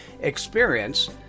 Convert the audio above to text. experience